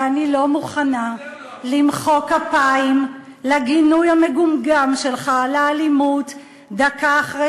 ואני לא מוכנה למחוא כפיים לגינוי המגומגם שלך לאלימות דקה אחרי